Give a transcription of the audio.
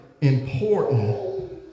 important